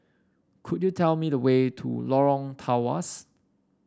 could you tell me the way to Lorong Tawas